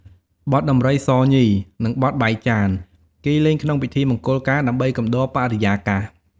បទដំរីសញី និងបទបែកចាន គេលេងក្នុងពិធីមង្គលការ ដើម្បីកំដរបរិយាកាស។